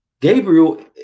Gabriel